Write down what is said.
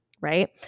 right